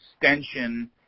extension